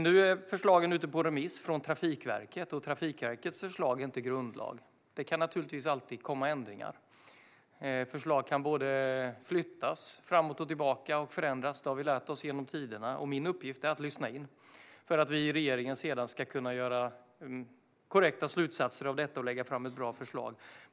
Nu är förslagen ute på remiss från Trafikverket. Trafikverkets förslag är inte grundlag. Det kan naturligtvis alltid komma ändringar. Förslag kan flyttas både framåt och tillbaka och förändras. Det har vi lärt oss genom tiderna. Min uppgift är att lyssna in för att vi i regeringen sedan ska kunna dra korrekta slutsatser och lägga fram ett bra förslag.